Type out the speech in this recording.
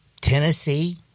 Tennessee